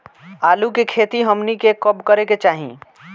आलू की खेती हमनी के कब करें के चाही?